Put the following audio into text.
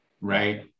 right